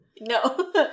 No